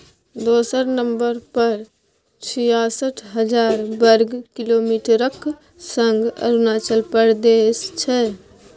दोसर नंबर पर छियासठ हजार बर्ग किलोमीटरक संग अरुणाचल प्रदेश छै